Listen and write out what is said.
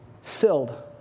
filled